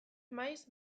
maiz